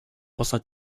pensa